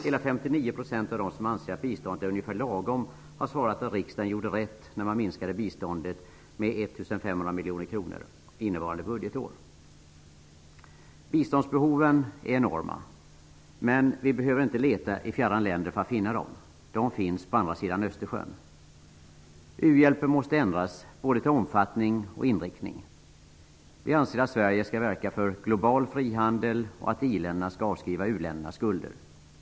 Hela 59 % av dem som ansåg att biståndet var ungefär lagom svarade att riksdagen gjorde rätt när man minskade biståndet med 1 500 miljoner kronor innevarande budgetår. Biståndsbehoven är enorma, men vi behöver inte leta i fjärran länder för att finna dem. De finns på andra sidan Östersjön. U-hjälpen måste ändras, både till omfattning och inriktning. Vi anser att Sverige skall verka för en global frihandel och att iländerna skall avskriva u-ländernas skulder.